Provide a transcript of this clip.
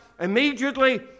immediately